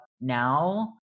now